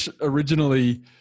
originally